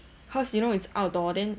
cause you know it's outdoor then